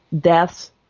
deaths